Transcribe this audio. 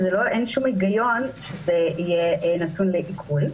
ואין שום היגיון בזה שהכסף הזה יהיה נתון לעיקול.